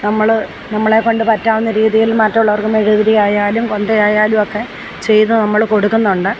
നമ്മൾ നമ്മളെകൊണ്ട് പറ്റാവുന്ന രീതിയിൽ മറ്റുള്ളവർക്ക് മെഴുകുതിരി ആയാലും കൊന്ത ആയാലുമൊക്കെ ചെയ്തു നമ്മൾ കൊടുക്കുന്നുണ്ട്